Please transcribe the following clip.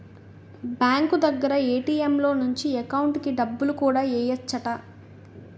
bank దగ్గర ATM లో నుంచి ఎకౌంటుకి డబ్బులు కూడా ఎయ్యెచ్చట